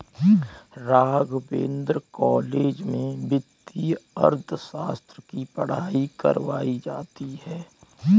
Raghavendra college में वित्तीय अर्थशास्त्र की पढ़ाई करवायी जाती है